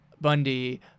Bundy